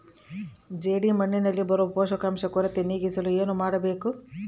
ಜೇಡಿಮಣ್ಣಿನಲ್ಲಿ ಬರೋ ಪೋಷಕಾಂಶ ಕೊರತೆ ನೇಗಿಸಲು ಏನು ಮಾಡಬೇಕರಿ?